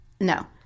No